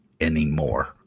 anymore